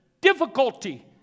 difficulty